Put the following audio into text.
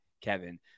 Kevin